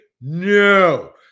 no